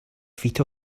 feet